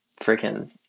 freaking